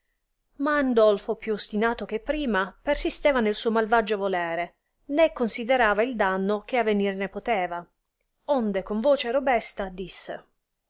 ma andolfo più ostinato che prima persisteva nel suo malvaggio volere né considerava il danno che avenir ne poteva onde con voce robesta disse